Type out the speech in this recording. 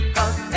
Cause